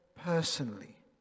personally